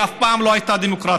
היא אף פעם לא הייתה דמוקרטית,